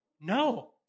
No